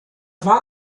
war